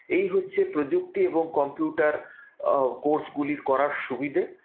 এই হচ্ছে প্রযুক্তি এবং কম্পিউটার কোর্সগুলি করার সুবিধে